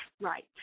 right